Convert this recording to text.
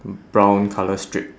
b~ brown colour strip